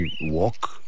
walk